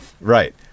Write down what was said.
right